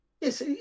Yes